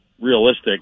realistic